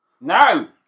NO